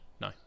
no